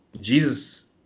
Jesus